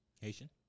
Haitian